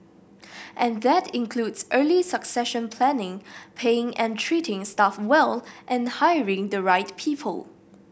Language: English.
and that includes early succession planning paying and treating staff well and hiring the right people